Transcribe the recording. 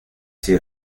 sido